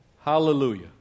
Hallelujah